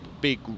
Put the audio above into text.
big